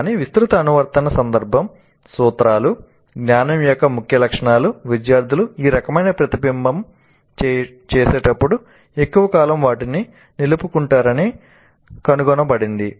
కానీ విస్తృత అనువర్తన సందర్భం సూత్రాలు జ్ఞానం యొక్క ముఖ్య లక్షణాలు విద్యార్థులు ఈ రకమైన ప్రతిబింబం చేసేటప్పుడు ఎక్కువ కాలం వాటిని నిలుపుకుంటారని కనుగొనబడింది